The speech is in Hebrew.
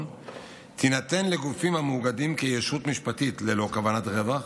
תינתן לגופים המאוגדים כישות משפטית ללא כוונות רווח,